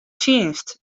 tsjinst